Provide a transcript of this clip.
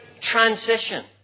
transition